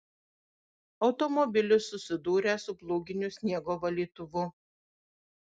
automobilis susidūrė su plūginiu sniego valytuvu